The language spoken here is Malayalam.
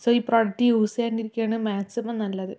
സോ ഈ പ്രൊഡക്റ്റ് യൂസ് ചെയ്യാണ്ടിരിക്കുകയാണ് മാക്സിമം നല്ലത്